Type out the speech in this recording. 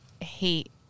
hate